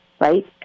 right